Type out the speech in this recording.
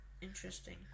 Interesting